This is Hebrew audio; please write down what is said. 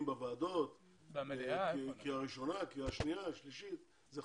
ואני חושבת ששם מעורבותו של השופט רובינשטיין מאוד מאוד